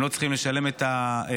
הם לא צריכים לשלם את המחיר,